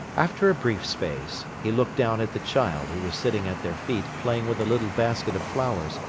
after a brief space, he looked down at the child, who was sitting at their feet playing with a little basket of flowers,